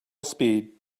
speed